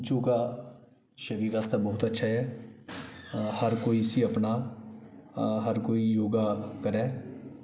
योगा शरीर आस्तै बहोत अच्छा ऐ हर कोई इसी अपनाऽ हर कोई योगा करै